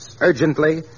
urgently